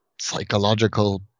psychological